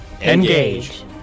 Engage